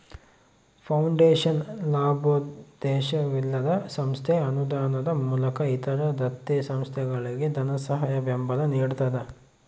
foundation ಲಾಭೋದ್ದೇಶವಿಲ್ಲದ ಸಂಸ್ಥೆ ಅನುದಾನದ ಮೂಲಕ ಇತರ ದತ್ತಿ ಸಂಸ್ಥೆಗಳಿಗೆ ಧನಸಹಾಯ ಬೆಂಬಲ ನಿಡ್ತದ